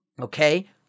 Okay